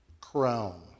crown